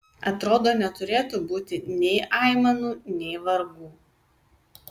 atrodo neturėtų būti nei aimanų nei vargų